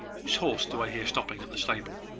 whose horse do i hear stopping at the stable?